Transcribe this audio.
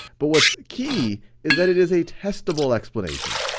but what's key is that it is a testable explanation.